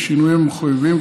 בשינויים המחויבים,